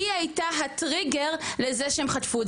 היא הייתה הטריגר לזה שהם חטפו.